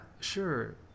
sure